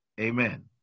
Amen